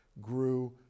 grew